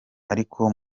ariko